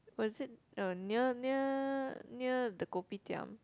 was it uh near near near the kopitiam